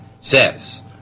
says